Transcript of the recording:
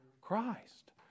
Christ